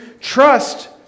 trust